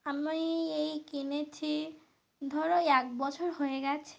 আমি এই কিনেছি ধরো ওই এক বছর হয়ে গেছে